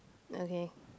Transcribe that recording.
okay